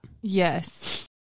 Yes